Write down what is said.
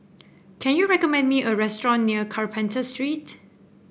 can you recommend me a restaurant near Carpenter Street